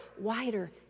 wider